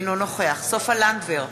אינו נוכח סופה לנדבר,